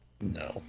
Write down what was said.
No